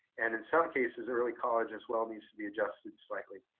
and in some cases, early college as well needs to be adjusted slightly.